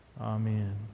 Amen